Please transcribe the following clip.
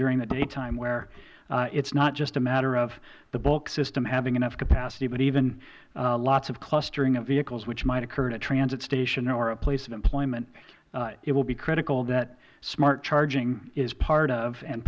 during the daytime where it is not just a matter of the bulk system having enough capacity but even lots of clustering of vehicles which might occur at a transit station or a place of employment it will be critical that smart charging is part of and